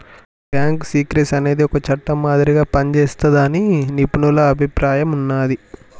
bank secrecy అనేది ఒక చట్టం మాదిరిగా పనిజేస్తాదని నిపుణుల అభిప్రాయం ఉన్నాది